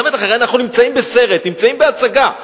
הרי אנחנו נמצאים בסרט, נמצאים בהצגה.